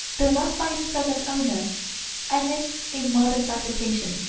though not by its present owner and is a modern fabrication,